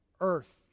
Earth